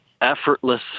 effortless